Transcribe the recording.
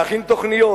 להכין תוכניות.